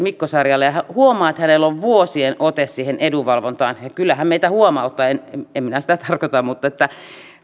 mikko sarjalle huomaa että hänellä on vuosien ote siihen edunvalvontaan kyllä hän meitä huomauttaa en en minä sitä tarkoita mutta